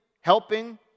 helping